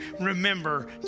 remember